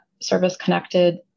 service-connected